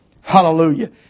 Hallelujah